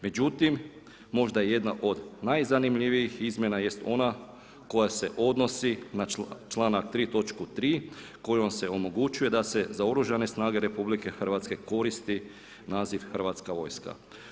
Međutim, možda jedna od najzanimljivijih izmjeni jest ona koja se odnosi na čl. 3. točku 3. kojom se omogućuje da se za oružane snage RH, koristi naziv Hrvatska vojska.